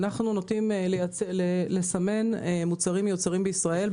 אנחנו נוטים לייצר מוצאים ישראלים,